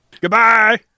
Goodbye